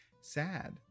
sad